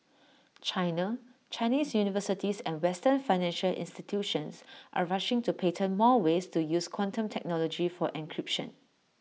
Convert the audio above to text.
China Chinese universities and western financial institutions are rushing to patent more ways to use quantum technology for encryption